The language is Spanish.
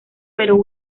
pero